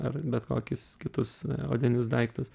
ar bet kokius kitus odinius daiktus